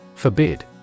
Forbid